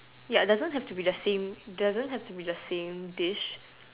ya doesn't have to be the same ya doesn't have to be the same dish